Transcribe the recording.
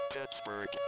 Pittsburgh